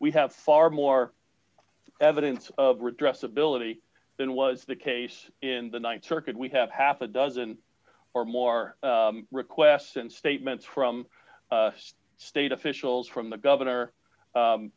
we have far more evidence of redress ability than was the case in the th circuit we have half a dozen or more requests and statements from state officials from the governor